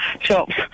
shops